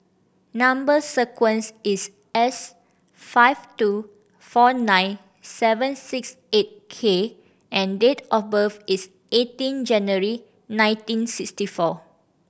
number sequence is S five two four nine seven six eight K and date of birth is eighteen January nineteen sixty four